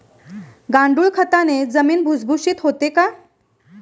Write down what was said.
गांडूळ खताने जमीन भुसभुशीत होते का?